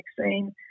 vaccine